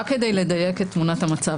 רק כדי לדייק את תמונת המצב,